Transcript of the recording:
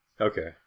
Okay